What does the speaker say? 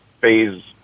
phase